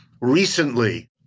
Recently